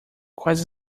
quais